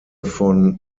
von